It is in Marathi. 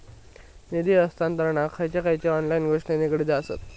निधी हस्तांतरणाक खयचे खयचे ऑनलाइन गोष्टी निगडीत आसत?